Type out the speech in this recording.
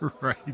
Right